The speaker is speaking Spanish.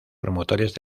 promotores